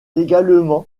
également